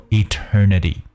eternity